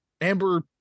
Amber